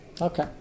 okay